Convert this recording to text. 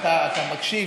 אתה מקשיב,